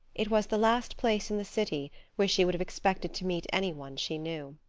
it was the last place in the city where she would have expected to meet any one she knew.